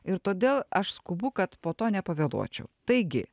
ir todėl aš skubu kad po to nepavėluočiau taigi